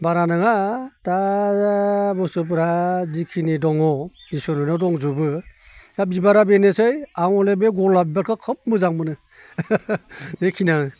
बारा नङा दा बुस्थुफोरा जिखिनि दङ इसोरनि अननायाव दंजोबो दा बिबारा बेनोसै आं हले बे गलाब बिबारखो खोब मोजां मोनो बेखियानो